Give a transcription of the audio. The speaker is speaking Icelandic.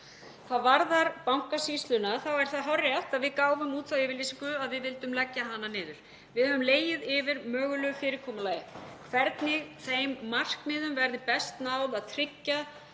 Hvað varðar Bankasýsluna þá er það hárrétt að við gáfum út þá yfirlýsingu að við vildum leggja hana niður. Við höfum legið yfir mögulegu fyrirkomulagi og hvernig þeim markmiðum verði best náð að tryggja